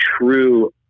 true